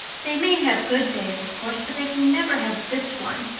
they may have good days, of course, but they can never have this one.